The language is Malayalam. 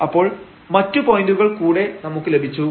അപ്പോൾ മറ്റു പോയന്റുകൾ കൂടെ നമുക്ക് ലഭിച്ചു